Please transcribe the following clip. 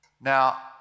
Now